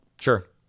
Sure